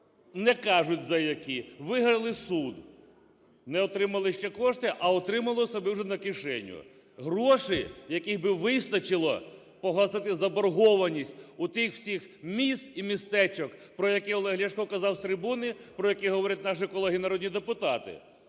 не кажуть, за які, виграли суд. Не отримали ще кошти, а отримали собі вже на кишеню гроші, яких би вистачило погасити заборгованість отих всіх міст і містечок, про які Олег Ляшко казав з трибуни, про які говорять наші колеги народні депутати.